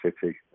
City